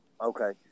Okay